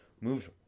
Moves